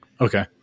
Okay